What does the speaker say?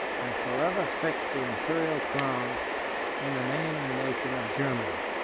and forever fixed the imperial crown in the name and nation of germany.